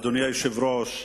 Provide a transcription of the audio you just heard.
אדוני היושב-ראש,